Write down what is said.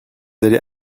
allez